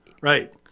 Right